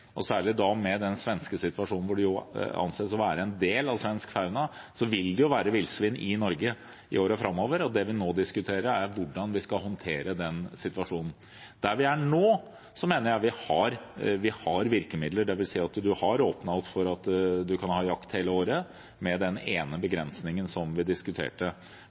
Og særlig med den svenske situasjonen – villsvin anses å være en del av svensk fauna – vil det jo være villsvin i Norge i årene framover, og det vi nå diskuterer, er hvordan vi skal håndtere den situasjonen. Der vi er nå, mener jeg at vi har virkemidler. Vi har åpnet opp for å ha jakt hele året, med den ene begrensningen som vi diskuterte.